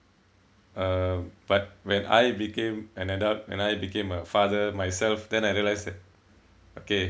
uh but when I became an adult and I became a father myself then I realise that okay